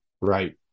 Right